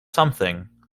something